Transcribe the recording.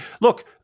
look